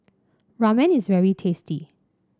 ramen is very tasty